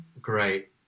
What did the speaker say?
great